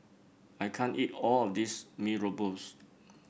I can't eat all of this Mee Rebus